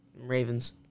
Ravens